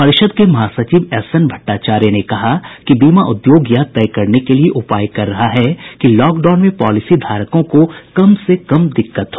परिषद् के महासचिव एस एन भट्टाचार्या ने कहा कि बीमा उद्योग यह तय करने के लिए उपाय कर रहा है कि लॉकडाउन में पॉलिसीघारकों को कम से कम दिक्कत हो